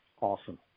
Awesome